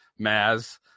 maz